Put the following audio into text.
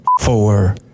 Four